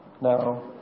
No